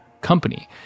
company